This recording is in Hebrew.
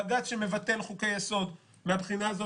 בג"ץ שמבטל חוקי יסוד מהבחינה הזו